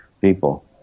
people